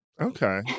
Okay